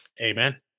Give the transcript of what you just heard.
amen